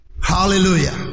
Hallelujah